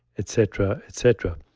et cetera, et cetera.